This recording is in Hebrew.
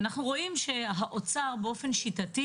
ואנחנו רואים שהאוצר באופן שיטתי